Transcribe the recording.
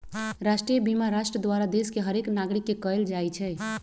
राष्ट्रीय बीमा राष्ट्र द्वारा देश के हरेक नागरिक के कएल जाइ छइ